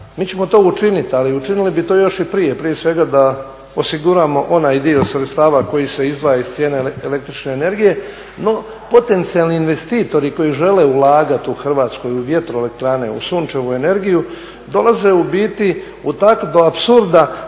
mi ćemo to učiniti ali učinili bi to još i prije, prije svega da osiguramo onaj dio sredstava koji se izdvaja iz cijene električne energije, no potencijalni investitori koji žele ulagati u Hrvatskoj u vjetroelektrane, u sunčevu energiju dolaze u biti u takav apsurd